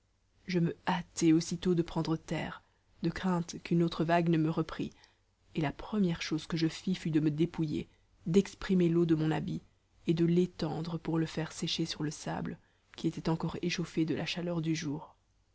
je me hâtai aussitôt de prendre terre de crainte qu'une autre vague ne me reprît et la première chose que je fis fut de me dépouiller d'exprimer l'eau de mon habit et de l'étendre pour le faire sécher sur le sable qui était encore échauffé de la chaleur du jour